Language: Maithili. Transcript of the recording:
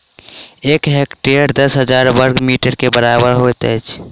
एक हेक्टेयर दस हजार बर्ग मीटर के बराबर होइत अछि